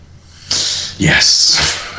yes